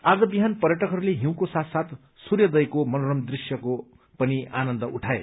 आज बिहान पर्यटकहरूले हिउँको साथ साथ सूर्योदयको मनोरम दृश्यको पनि आनन्द उठाए